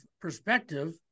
perspective